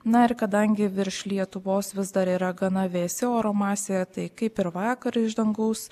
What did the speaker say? na ir kadangi virš lietuvos vis dar yra gana vėsi oro masė tai kaip ir vakar iš dangaus